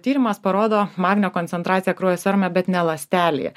tyrimas parodo magnio koncentraciją kraujo serume bet ne ląstelėje